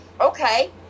Okay